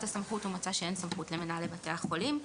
הסמכות הוא מצא שאין סמכות למנהלי בתי החולים.